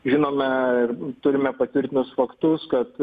žinome ir turime patvirtintus faktus kad